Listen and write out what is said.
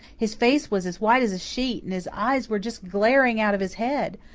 his face was as white as a sheet, and his eyes were just glaring out of his head.